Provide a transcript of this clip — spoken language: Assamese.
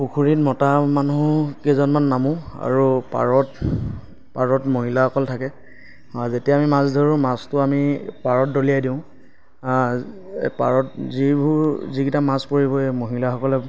পুখুৰীত মতা মানুহ কেইজনমান নামো আৰু পাৰত পাৰত মহিলাসকল থাকে আৰু যেতিয়া আমি মাছ ধৰো মাছটো আমি পাৰত দলিয়াই দিওঁ পাৰত যিবোৰ যিকেইটা মাছ পৰিব সেই মহিলাসকলে